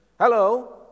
Hello